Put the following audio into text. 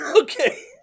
okay